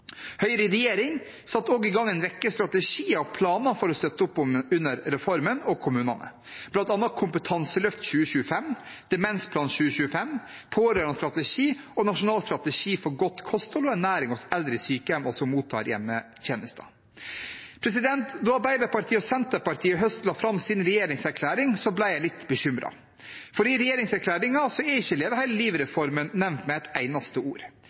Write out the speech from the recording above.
Høyre i regjering satte også i gang en rekke strategier og planer for å støtte opp under reformen og kommunene, bl.a. Kompetanseløft 2025, Demensplan 2025, pårørendestrategi og nasjonal strategi for godt kosthold og ernæring hos eldre i sykehjem og eldre som mottar hjemmetjenester. Da Arbeiderpartiet og Senterpartiet i høst la fram sin regjeringserklæring, ble jeg litt bekymret, for i regjeringserklæringen er ikke Leve hele livet-reformen nevnt med et eneste ord.